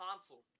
console